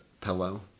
pillow